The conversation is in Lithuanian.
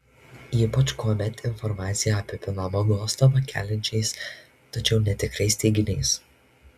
ypač kuomet informacija apipinama nuostabą keliančiais tačiau netikrais teiginiais